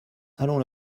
allons